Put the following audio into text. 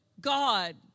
God